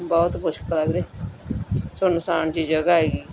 ਬਹੁਤ ਮੁਸ਼ਕਿਲ ਆ ਵੀਰੇ ਸੁੰਨਸਾਨ ਜਿਹੀ ਜਗ੍ਹਾ ਹੈਗੀ